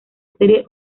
serie